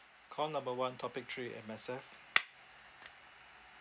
call number one topic three M_S_F